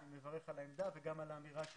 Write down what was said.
אני מברך על העמדה וגם על האמירה של